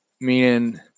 Meaning